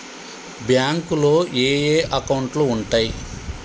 బ్యాంకులో ఏయే అకౌంట్లు ఉంటయ్?